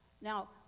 now